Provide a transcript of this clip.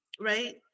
right